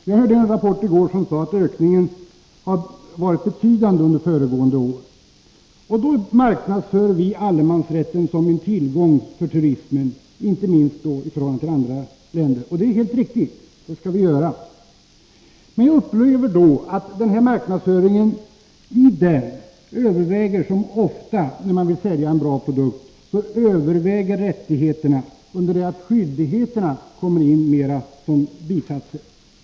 Jag hörde i går en rapport om att ökningen har varit betydande under föregående år. Vi marknadsför då allemansrätten som en tillgång för turismen, inte minst i förhållande till andra länder. Och det är helt riktigt, det skall vi göra. Men jag upplever att i denna marknadsföring — som ofta när man vill sälja en bra produkt — överväger rättigheterna under det att skyldigheterna kommer in mera som bisatser.